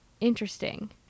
interesting